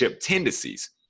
tendencies